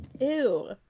Ew